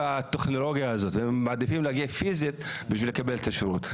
הטכנולוגיה הזאת והם מעדיפים להגיע פיסית בשביל לקבל את השירות,